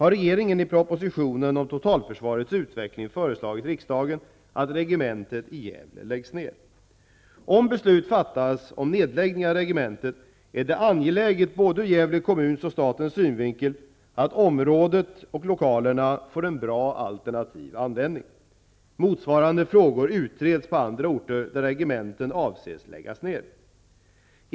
föreslagit riksdagen att regementet i Gävle läggs ned. Om beslut fattas om nedläggning av regementet, är det angeläget både ur Gävle kommuns och statens synvikel att området och lokalerna får en bra alternativ användning. Motsvarande frågor utreds på andra orter där regementen avses läggas ned.